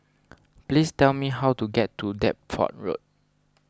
please tell me how to get to Deptford Road